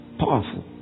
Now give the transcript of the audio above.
powerful